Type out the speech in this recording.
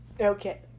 okay